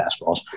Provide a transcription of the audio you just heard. fastballs